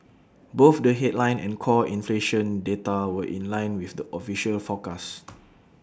both the headline and core inflation data were in line with the official forecast